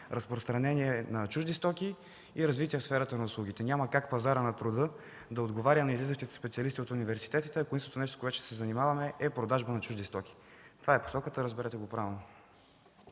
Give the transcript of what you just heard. разпространение на чужди стоки и развитие в сферата на услугите. Няма как пазарът на труда да отговаря на излизащите специалисти от университетите, ако единственото нещо, с което ще се занимаваме, е продажба на чужди стоки. Това е посоката, разберете го правилно.